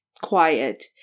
quiet –